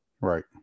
Right